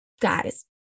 guys